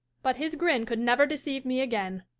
but his grin could never deceive me again.